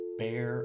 bear